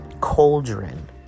cauldron